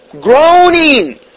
Groaning